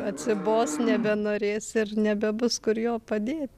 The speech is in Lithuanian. atsibos nebenorės ir nebebus kur jo padėt